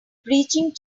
breaching